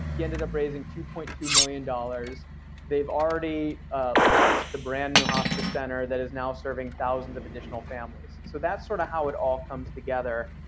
he ended up raising two point two million dollars they've already launched the brand new hospice center that is now serving thousands of additional families. so that's sort of how it all comes together,